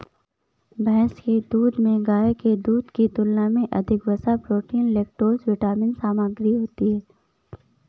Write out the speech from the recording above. भैंस के दूध में गाय के दूध की तुलना में अधिक वसा, प्रोटीन, लैक्टोज विटामिन सामग्री होती है